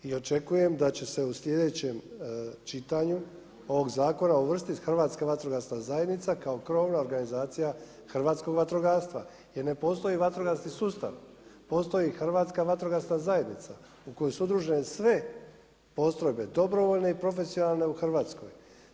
I očekujem da će se u sljedećem čitanju ovog zakona uvrstiti Hrvatska vatrogasna zajednica, kao krovna organizacija hrvatskog vatrogastva, jer ne postoji vatrogasni sustav, postoji Hrvatska vatrogasna zajednica, u kojem su udruženi sve postrojbe dobrovoljne i profesionalne u Hrvatskoj.